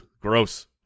gross